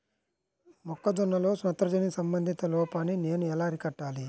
మొక్క జొన్నలో నత్రజని సంబంధిత లోపాన్ని నేను ఎలా అరికట్టాలి?